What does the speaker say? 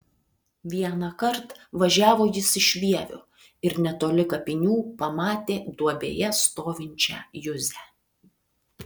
vienąkart važiavo jis iš vievio ir netoli kapinių pamatė duobėje stovinčią juzę